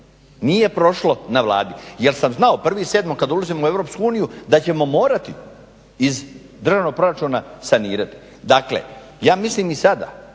Nije prošlo na Vladi, jer sam znao 1.7. kada ulazimo u EU da ćemo morati iz državnog proračuna sanirati. Dakle, ja mislim i sada,